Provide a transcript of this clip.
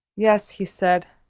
yes, he said,